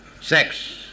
sex